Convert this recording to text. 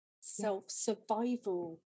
self-survival